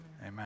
Amen